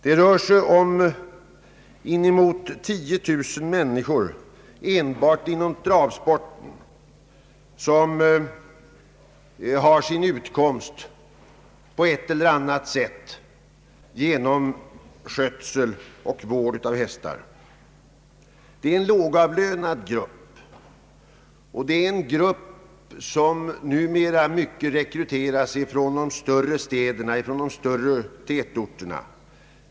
Det rör sig om inemot 10 000 människor enbart inom travsporten som på ett eller annat sätt har sin utkonrist genom skötsel och vård av hästar. Det är en lågavlönad grupp, som numera i stor utsträckning rekryteras från större städer och tätorter.